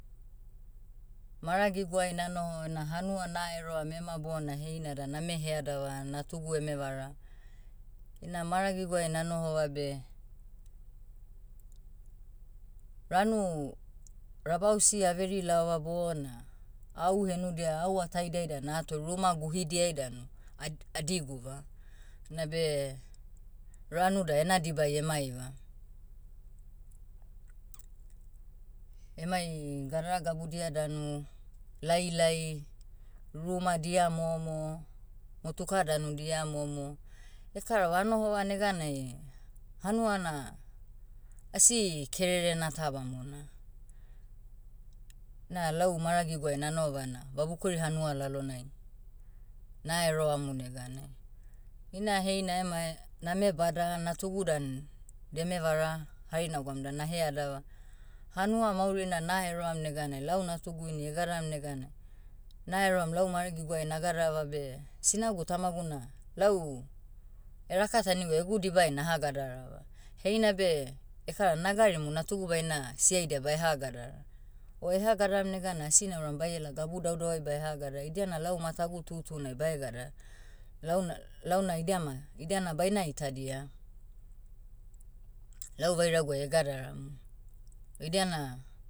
Maragiguai nanoho na hanua na eroam ema bona heina da name headava natugu eme vara. Ina maragiguai nanohova beh, ranu, rabausi averi laova bona, au henudia au ataidiai dan ato ruma guhidiai danu, ad- adiguva. Nabe, ranu da ena dibai emaiva. Emai, gadara gabudia danu, lailai, ruma dia momo, motuka danu dia momo. Ekarava anohova neganai, hanua na, asi kererena ta bamona. Na lau maragiguai nanohova na vabukori hanua lalonai, naeroamu neganai. Ina heina emae, name bada natugu dan, deme vara, hari nagwaum da naheadava, hanua maurina naheroam neganai lau natugu ini egadaram neganai, naeroam lau maragiguai nagadarava beh, sinagu tamagu na, lau, erakataniguva egu dibai naha gadarava. Heina beh, ekara nagarimu natugu baina siaidia baeha gadara. O eha gadaram neganai asi nauram baiela gabu daudauai baeha gadara idia na lau matagu tutunai bae gadara. Launa- launa idiama, idiana baina itadia, lau vairaguai egadaramu. O idiana,